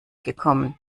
gekommen